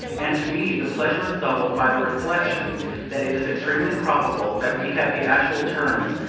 and to me, the pleasure is doubled by the reflection that it is extremely probable that we have the actual terms,